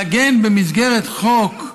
לעגן במסגרת חוק,